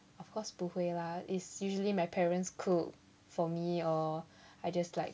of course 不会 lah is usually my parents cook for me or I just like